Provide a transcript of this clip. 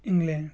England